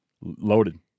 loaded